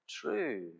true